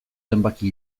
zenbaki